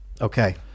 Okay